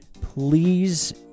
please